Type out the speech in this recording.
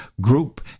group